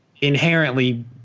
inherently